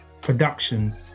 production